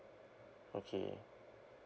okay